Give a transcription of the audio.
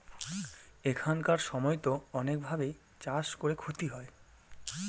এখানকার সময়তো অনেক ভাবে চাষ করে ক্ষতি হয়